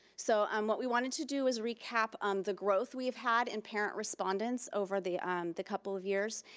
so um what we wanted to do is recap um the growth we've had in parent respondents over the um the couple of years,